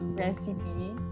recipe